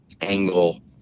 angle